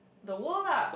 the world lah